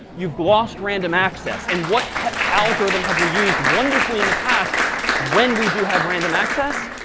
you've glossed random access. and what algorithm have we used wonderfully in the past when we do have random access?